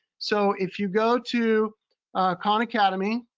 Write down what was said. so if you go to khan academy.